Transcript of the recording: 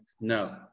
No